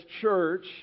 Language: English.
church